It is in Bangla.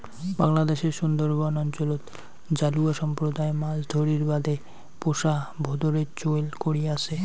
বাংলাদ্যাশের সুন্দরবন অঞ্চলত জালুয়া সম্প্রদায় মাছ ধরির বাদে পোষা ভোঁদরের চৈল করি আচে